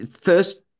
first